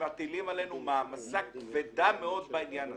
מטילים עלינו מעמסה כבדה מאוד בעניין הזה.